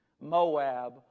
Moab